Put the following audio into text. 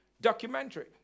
documentary